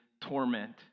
torment